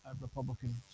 Republicans